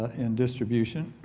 in distribution.